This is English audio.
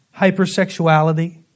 hypersexuality